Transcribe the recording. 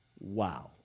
Wow